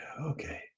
Okay